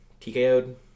TKO'd